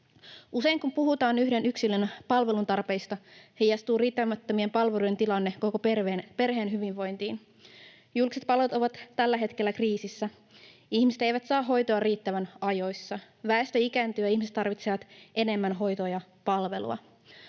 Usein, kun puhutaan yhden yksilön palvelutarpeista, heijastuu riittämättömien palvelujen tilanne koko perheen hyvinvointiin. Julkiset palvelut ovat tällä hetkellä kriisissä. Ihmiset eivät saa hoitoa riittävän ajoissa. Väestö ikääntyy, ja ihmiset tarvitsevat enemmän hoitoa ja palvelua.